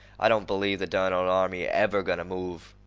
i don't believe the derned old army's ever going to move.